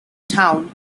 town